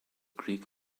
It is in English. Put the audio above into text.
greek